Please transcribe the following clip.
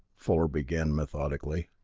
fuller began methodically.